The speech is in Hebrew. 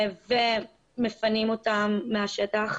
ומפנים אותם מהשטח.